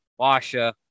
Washa